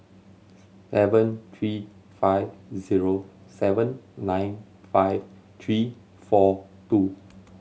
seven three five zero seven nine five three four two